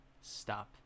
stop